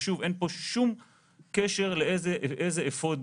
ושוב: אין פה שום קשר לאיזה צבע אפוד